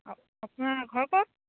আপোনাৰ ঘৰ ক'ত